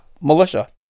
militia